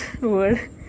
word